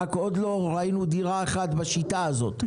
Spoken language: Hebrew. רק שעוד לא ראינו דירה אחת בשיטה הזאת.